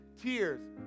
tears